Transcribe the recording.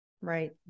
right